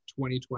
2020